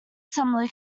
some